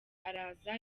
araza